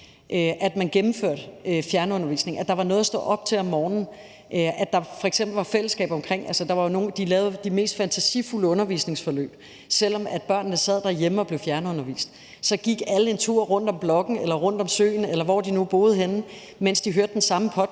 at man gennemførte fjernundervisning, at der var noget at stå op til om morgenen, at der f.eks. var et fællesskab omkring noget. Altså, der var jo nogle, der lavede de mest fantasifulde undervisningsforløb, selv om børnene sad derhjemme og blev fjernundervist. Så gik alle en tur rundt om blokken eller rundt om søen, alt efter hvor de boede henne, mens de hørte den samme podcast,